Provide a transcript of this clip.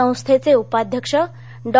संस्थेचे उपाध्यक्ष डॉ